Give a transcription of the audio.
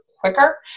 Quicker